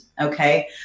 okay